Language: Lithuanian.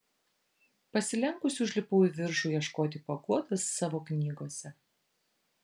pasilenkusi užlipau į viršų ieškoti paguodos savo knygose